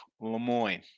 LeMoyne